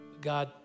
God